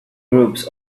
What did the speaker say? groups